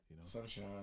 Sunshine